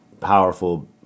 powerful